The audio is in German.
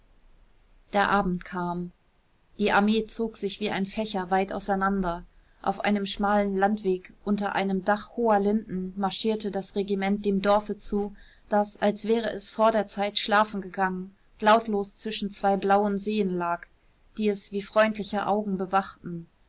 der abend kam die armee zog sich wie ein fächer weit auseinander auf einem schmalen landweg unter einem dach hoher linden marschierte das regiment dem dorfe zu das als wäre es vor der zeit schlafen gegangen lautlos zwischen zwei blauen seen lag die es wie freundliche augen bewachten